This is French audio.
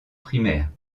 primaire